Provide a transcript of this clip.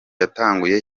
yatanguye